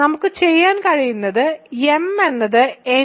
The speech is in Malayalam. നമുക്ക് ചെയ്യാൻ കഴിയുന്നത് m എന്നത് n